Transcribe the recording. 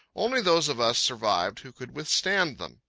only those of us survived who could withstand them.